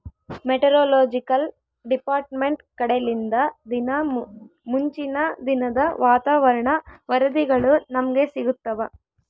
meteorological department ಕಡೆಲಿಂದ ದಿನಾ ಮುಂಚಿನ ದಿನದ ವಾತಾವರಣ ವರದಿಗಳು ನಮ್ಗೆ ಸಿಗುತ್ತವ